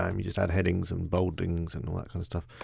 i mean just add headings and boldings and all that kind of stuff.